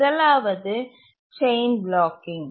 முதலாவது chain blocking